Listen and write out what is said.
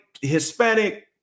Hispanic